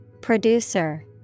Producer